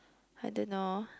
I don't know